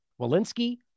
Walensky